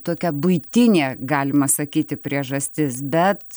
tokia buitinė galima sakyti priežastis bet